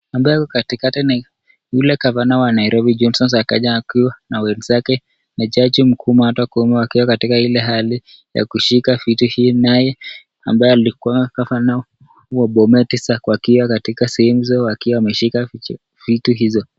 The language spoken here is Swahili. Ambaye ako katikati ni yule gavana wa Nairobi Johsone Sakaja akiwa na mwenzake jaji mkuu Martha Koome wakiwa katika ile hali ya kushika vitu naye ambaye aliyekuwa govana wa Bomet Isaac wakiwa katika sehemu hizo wakiwa wameshika vitu hizo.